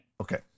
Okay